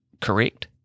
correct